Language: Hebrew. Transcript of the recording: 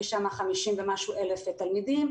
50,000 ומשהו תלמידים.